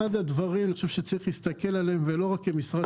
אחד הדברים שצריך להסתכל עליהם ולא רק כמשרד